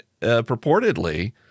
purportedly